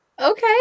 Okay